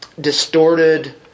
Distorted